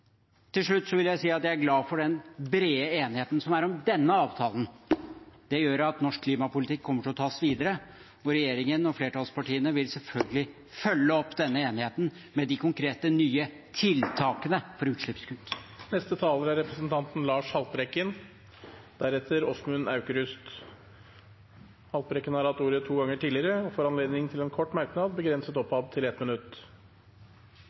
Til slutt vil jeg si at jeg er glad for den brede enigheten som er om denne avtalen. Det gjør at norsk klimapolitikk kommer til å ta oss videre, for regjeringen og flertallspartiene vil selvfølgelig følge opp denne enigheten med de konkrete, nye tiltakene for utslippskutt. Representanten Lars Haltbrekken har hatt ordet to ganger tidligere og får ordet til en kort merknad, begrenset oppad til 1 minutt.